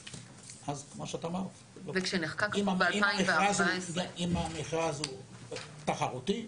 אז כמו שאמרת -- וכשנחקק החוק ב-2014 ---- אם המכרז הוא תחרותי,